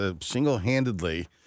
single-handedly